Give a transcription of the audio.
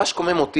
מה שמקומם אותי,